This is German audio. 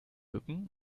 bücken